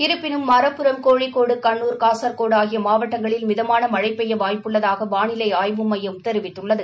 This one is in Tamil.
இருப்பினும் மரப்புரம் கோழிக்கோடு கண்ணுர் காஸ்கோடு ஆகிய மாவட்டங்களில் மிதமான மழை பெய்ய வாய்ப்பு உள்ளதாக வானிலை ஆய்வு மையம் தெிவித்துள்ளது